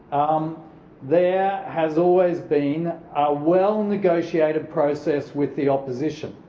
um there has always been a well negotiated process with the opposition.